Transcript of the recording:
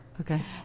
Okay